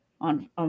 on